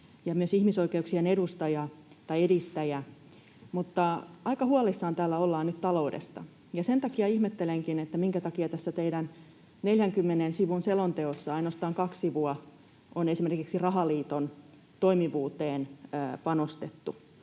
ja myös ihmisoikeuksien edistäjä, mutta aika huolissaan täällä ollaan nyt taloudesta. Sen takia ihmettelenkin, minkä takia tässä teidän 40 sivun selonteossanne ainoastaan kaksi sivua on esimerkiksi rahaliiton toimivuuteen panostettu.